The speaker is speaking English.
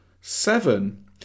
Seven